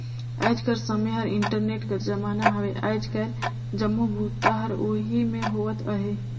आएज कर समें हर इंटरनेट कर जमाना हवे आएज काएल जम्मो बूता हर ओही में होवत अहे